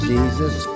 Jesus